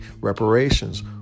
Reparations